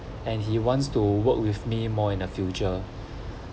and he wants to work with me more in the future